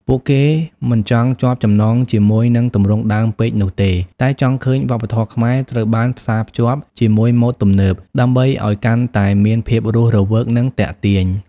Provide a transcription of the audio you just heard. ពួកគេមិនចង់ជាប់ចំណងជាមួយនឹងទម្រង់ដើមពេកនោះទេ តែចង់ឃើញវប្បធម៌ខ្មែរត្រូវបានផ្សារភ្ជាប់ជាមួយម៉ូដទំនើប ដើម្បីឲ្យវាកាន់តែមានភាពរស់រវើកនិងទាក់ទាញ។